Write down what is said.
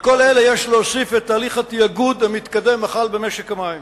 על כל אלה יש להוסיף את תהליך התאגוד המתקדם במשק המים.